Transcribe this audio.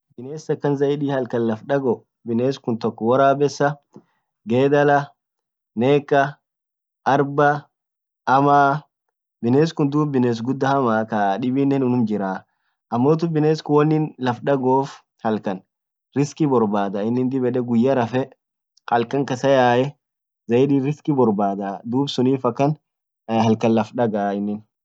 Bines akan zaidi halkan laf dago bines kun tok Worabesa, Gedala, Neqa, Arba, Amaa bines kun dub bines guda hama ka dibinen onum jirra amotu bines kun wonin laf dagof halkan rizki borbada inin dib yede guya rafe halkan kasa yaye zaidi rizki borbada dub sunif akan halkan laf dagaa inin.